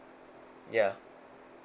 ya